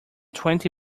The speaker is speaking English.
twenty